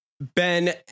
Ben